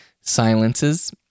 silences